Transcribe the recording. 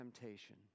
temptation